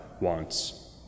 wants